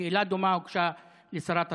שאלה דומה הוגשה לשרת התחבורה.